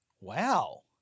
Wow